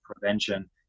prevention